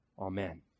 Amen